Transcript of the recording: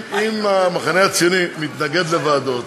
אם המחנה הציוני מתנגד לוועדות,